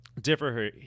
differ